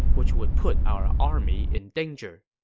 which would put our army in danger.